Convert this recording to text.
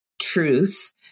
truth